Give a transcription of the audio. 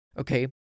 Okay